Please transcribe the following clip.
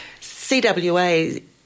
CWA